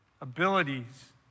abilities